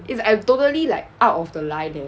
is I totally like out of the line leh